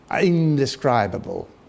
indescribable